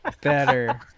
better